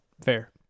Fair